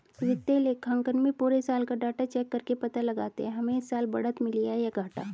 वित्तीय लेखांकन में पुरे साल का डाटा चेक करके पता लगाते है हमे इस साल बढ़त मिली है या घाटा